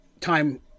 time